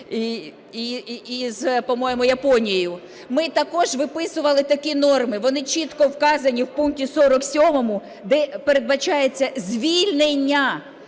із, по-моєму, Японією, ми також виписували такі норми. Вони чітко вказані в пункті 47, де передбачається звільнення,